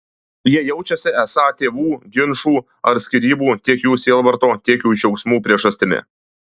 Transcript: jie jaučiasi esą tėvų ginčų ar skyrybų tiek jų sielvarto tiek jų džiaugsmų priežastimi